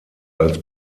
als